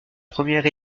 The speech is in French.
première